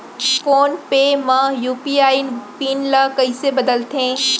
Phone पे म UPI PIN ल कइसे बदलथे?